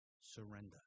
Surrender